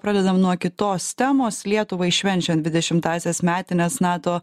pradedam nuo kitos temos lietuvai švenčiant dvidešimtąsias metines nato